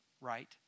right